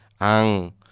ang